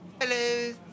Hello